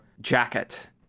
jacket